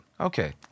okay